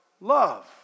love